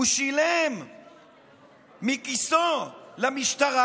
הוא שילם מכיסו למשטרה,